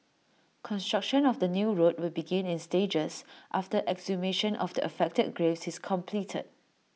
construction of the new road will begin in stages after exhumation of the affected graves is completed